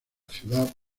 ciudad